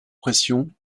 pression